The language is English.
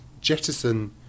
jettison